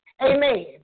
Amen